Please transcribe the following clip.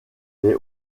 les